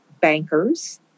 bankers